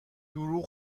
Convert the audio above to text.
بهدروغ